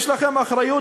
יש לכם אחריות,